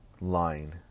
line